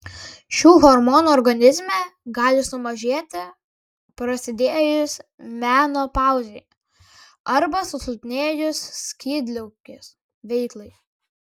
šių hormonų organizme gali sumažėti prasidėjus menopauzei arba susilpnėjus skydliaukės veiklai